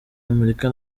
amerika